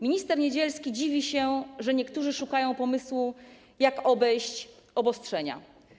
Minister Niedzielski dziwi się, że niektórzy szukają pomysłu, jak obejść obostrzenia.